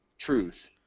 Truth